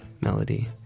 melody